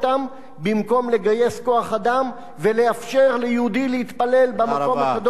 במקום לגייס כוח-אדם ולאפשר ליהודי להתפלל במקום הקדוש ביותר לו.